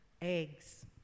eggs